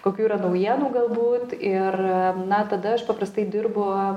kokių yra naujienų galbūt ir na tada aš paprastai dirbu